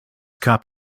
cup